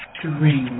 dream